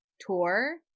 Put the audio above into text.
tour